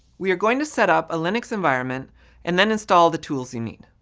we are going to set up a linux environment and then install the tools you need.